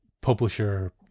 publisher